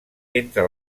entre